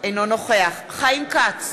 נוכח חיים כץ,